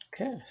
Okay